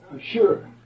Sure